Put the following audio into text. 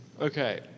Okay